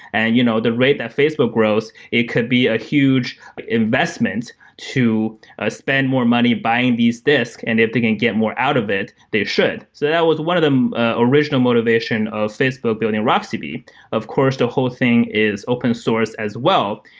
and you know the rate that facebook grows, it could be a huge investment to spend more money buying these disks, and if they can get more out of it, they should. so that was one of the ah original motivation of facebook building rocksdb. of course, the whole thing is open source as well.